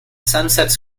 sunsets